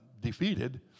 defeated